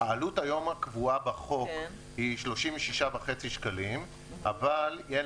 העלות הקבועה בחוק היא 36.5 שקלים אבל אין